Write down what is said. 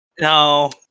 No